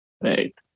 right